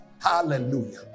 Hallelujah